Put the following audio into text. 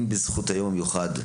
אם בזכות היום המיוחד,